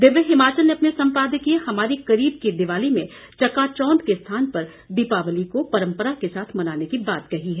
दिव्य हिमाचल ने अपने संपादकीय हमारे करीब की दिवाली में चकाचौंद के स्थान पर दीपावाली को परम्परा के साथ मनाने की बात कही है